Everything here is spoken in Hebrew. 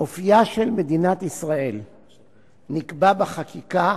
אופיה של מדינת ישראל נקבע בחקיקה